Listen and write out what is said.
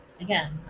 again